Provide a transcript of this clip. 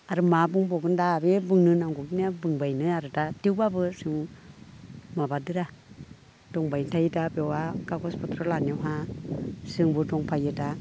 आरो मा बुंबावगोन दा बे बुंनो नांगौखिनिया बुंबायनो आरो दा थेवब्लाबो जों माबादोरा दंबाय थायो दा बेवहा कागज पत्र लानायावनोहा जोंबो दंफायो दा